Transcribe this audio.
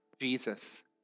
Jesus